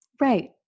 Right